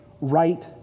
right